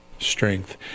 strength